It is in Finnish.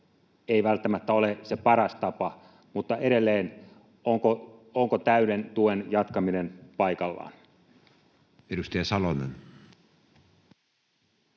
ei välttämättä ole se paras tapa, mutta edelleen: onko täyden tuen jatkaminen paikallaan? Edustaja Salonen.